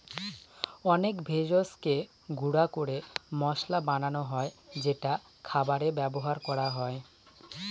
অনেক ভেষজকে গুঁড়া করে মসলা বানানো হয় যেটা খাবারে ব্যবহার করা হয়